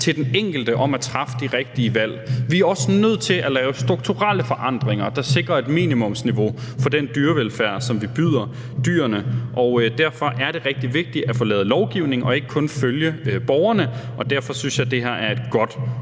til den enkelte i forhold til at træffe de rigtige valg. Vi er også nødt til at lave strukturelle forandringer, der sikrer et minimumsniveau for den dyrevelfærd, som vi byder dyrene. Derfor er det rigtig vigtigt at få lavet lovgivning og ikke kun følge borgerne. Derfor synes jeg, det her er et godt